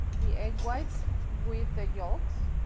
the egg whites with the yokes.